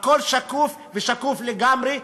הכול שקוף ושקוף לגמרי,